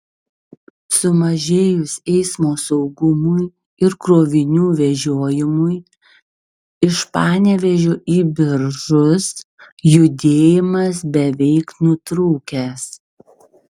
sumažėjus eismo saugumui ir krovinių vežiojimui iš panevėžio į biržus judėjimas beveik nutrūkęs